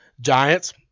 Giants